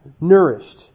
nourished